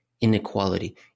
inequality